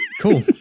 cool